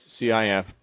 CIF